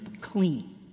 clean